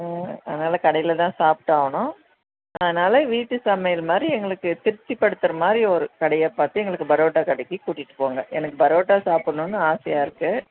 அதனால் கடையில் தான் சாப்பிட்டாவனும் அதனால் வீட்டு சமையல் மாதிரி எங்களுக்கு திருப்தி படுத்துற மாதிரி ஒரு கடையாக பார்த்து எங்களுக்கு பரோட்டா கடைக்கு கூட்டிகிட்டு போங்க எனக்கு பரோட்டா சாப்புடண்ணுனு ஆசையாக இருக்கு